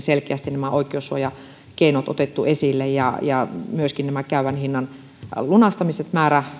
selkeästi nämä oikeussuojakeinot otettu esille ja ja myöskin nämä käyvän hinnan lunastamiset